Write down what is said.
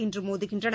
இன்று மோதுகின்றன